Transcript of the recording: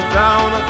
down